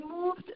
moved